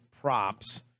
props